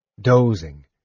Dozing